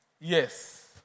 Yes